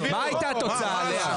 מה הייתה התוצאה, לאה?